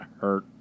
hurt